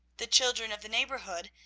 the children of the neighbourhood,